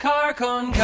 Carcon